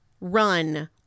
run